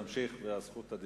תמשיך, יש לך רשות הדיבור.